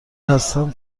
هستم